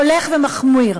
הולך ומחמיר.